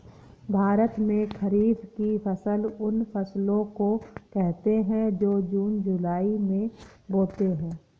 भारत में खरीफ की फसल उन फसलों को कहते है जो जून जुलाई में बोते है